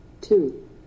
two